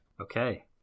Okay